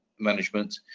management